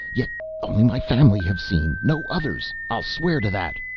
yet only my family have seen, no others i'll swear to that!